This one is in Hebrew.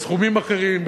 בסכומים אחרים,